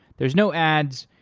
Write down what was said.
there's no adds,